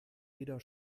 weder